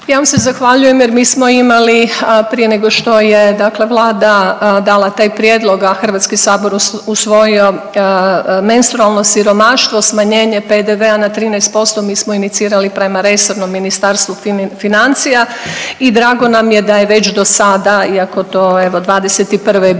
Ja vam se zahvaljujem jer mi smo imali prije nego što je dakle Vlada dala taj prijedlog, a Hrvatski sabor usvojio menstrualno siromaštvo smanjenje PDV-a na 13% mi smo inicirali prema resornom Ministarstvu financija i drago nam je da je već dosada iako to evo '21.